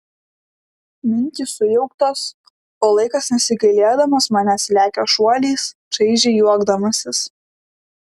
mintys sujauktos o laikas nesigailėdamas manęs lekia šuoliais čaižiai juokdamasis